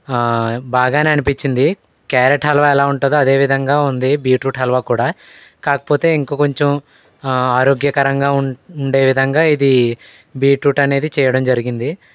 బాగానే అనిపించింది క్యారెట్ హల్వా ఎలా ఉంటుందో అదే విధంగా ఉంది బీట్రూట్ హల్వా కూడా కాకపోతే ఇంకా కొంచెం ఆరోగ్యకరంగా ఉండే విధంగా ఇది బీట్రూట్ అనేది చేయడం జరిగింది